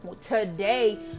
today